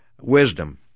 wisdom